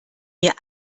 mir